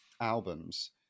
albums